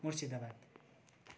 Murshidabad